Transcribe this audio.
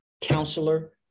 Counselor